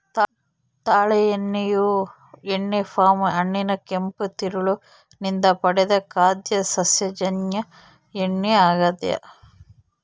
ತಾಳೆ ಎಣ್ಣೆಯು ಎಣ್ಣೆ ಪಾಮ್ ಹಣ್ಣಿನ ಕೆಂಪು ತಿರುಳು ನಿಂದ ಪಡೆದ ಖಾದ್ಯ ಸಸ್ಯಜನ್ಯ ಎಣ್ಣೆ ಆಗ್ಯದ